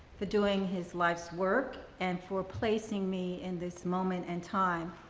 for doing his life's work and for placing me in this moment, and time,